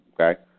okay